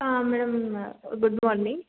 ಹಾಂ madam good morning